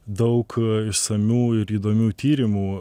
daug išsamių ir įdomių tyrimų